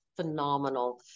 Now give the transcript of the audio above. phenomenal